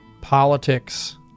politics